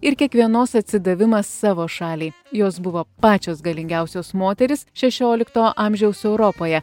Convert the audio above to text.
ir kiekvienos atsidavimas savo šaliai jos buvo pačios galingiausios moterys šešiolikto amžiaus europoje